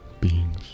beings